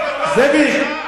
זאביק,